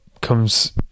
comes